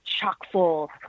chock-full